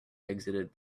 exited